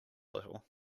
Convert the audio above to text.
little